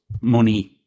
money